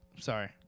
Sorry